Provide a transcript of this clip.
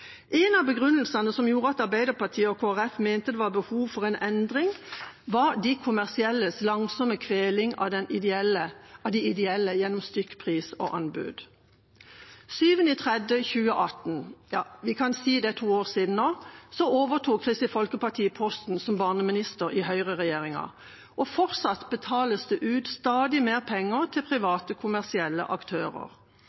av begrunnelsene for at Arbeiderpartiet og Kristelig Folkeparti mente det var behov for en endring, var de kommersielles langsomme kveling av de ideelle gjennom stykkpris og anbud. 22. januar 2019 – vi kan si for ett år siden nå – overtok Kristelig Folkeparti posten som barneminister i høyreregjeringa, og fortsatt betales det ut stadig mer penger til